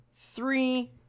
three